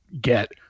get